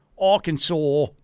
Arkansas